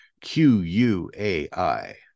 Q-U-A-I